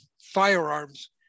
firearms